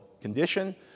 condition